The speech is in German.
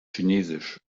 chinesisch